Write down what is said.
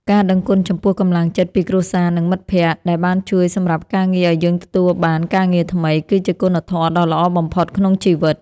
ការដឹងគុណចំពោះកម្លាំងចិត្តពីគ្រួសារនិងមិត្តភក្តិដែលបានជួយសម្រាប់ការងារឱ្យយើងទទួលបានការងារថ្មីគឺជាគុណធម៌ដ៏ល្អបំផុតក្នុងជីវិត។